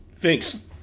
thanks